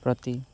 ପ୍ରତି